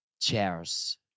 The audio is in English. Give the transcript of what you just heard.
chairs